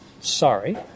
sorry